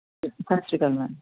ਸਤਿ ਸ੍ਰੀ ਅਕਾਲ ਮੈਮ